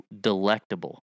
delectable